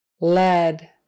Lead